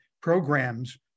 programs